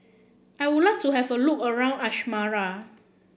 I would like to have a look around Asmara